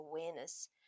awareness